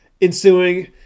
ensuing